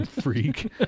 freak